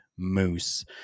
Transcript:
Moose